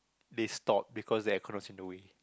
they stop because the air con was in the way